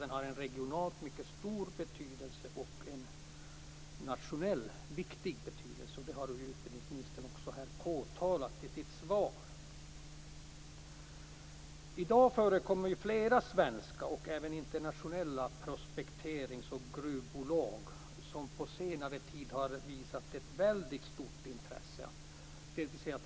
Den har regionalt en mycket stor betydelse och är även nationellt av stor vikt, såsom utbildningsministern i sitt svar har påpekat. Flera svenska och även internationella prospekterings och gruvbolag har på senare tid visat ett väldigt stort intresse i detta sammanhang.